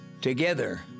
Together